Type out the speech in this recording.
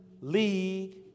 league